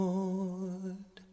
Lord